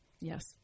Yes